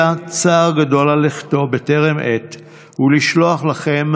צער גדול על לכתו בטרם עת ולשלוח לכם,